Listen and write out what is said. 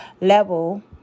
level